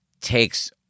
takes